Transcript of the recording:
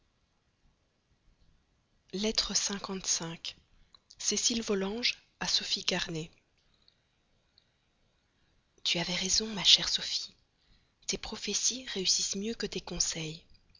de cécile volanges à sophie carnay tu avais raison ma chère sophie tes prophéties réussissent mieux que tes conseils